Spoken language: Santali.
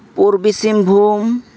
ᱯᱩᱨᱵᱤ ᱥᱤᱝᱵᱷᱩᱢ